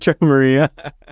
Maria